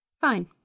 Fine